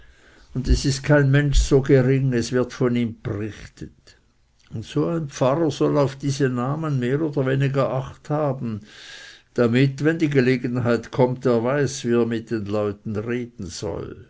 und es ist kein mensch so gering es wird von ihm brichtet und so ein pfarrer soll auf diese namen mehr oder weniger acht haben damit wenn die gelegenheit kommt er weiß wie er mit den leuten reden soll